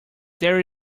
there